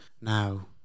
now